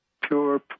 pure